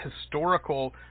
historical